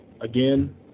again